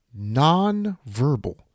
nonverbal